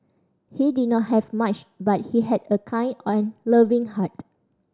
he did not have much but he had a kind and loving heart